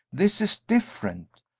this is different.